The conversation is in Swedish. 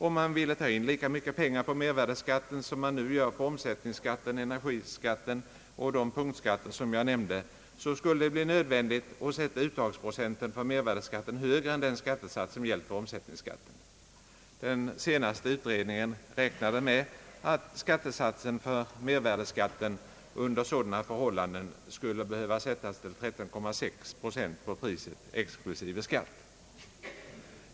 Om man ville ta in lika mycket pengar på mervärdeskatten som man nu gör på omsättningsskatten, energiskatten och de punktskatter som jag nämnde, skulle det bli nödvändigt att sätta uttagsprocenten för mervärdeskatten högre än den skattesats som gällt för omsättningsskatten. Den senaste utredningen räknade med att skatte satsen för mervärdeskatten under sådana förhållanden skulle behöva sättas till 13,6 procent på priset exklusive skatt.